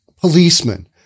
Policeman